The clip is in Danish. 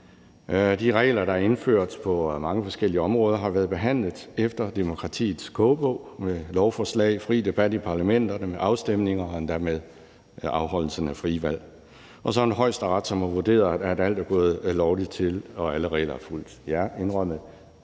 De regler, der er indført på mange forskellige områder, har været behandlet efter demokratiets kogebog med lovforslag og fri debat i parlamenterne, med afstemninger og endda med afholdelse af frie valg, og så en Højesteret, som har vurderet, at alt er gået lovligt til, og at alle regler er fulgt – ja, indrømmet,